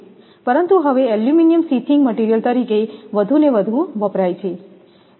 પરંતુ હવે aluminium sheathing material તરીકે વધુને વધુ વપરાય છે